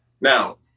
Now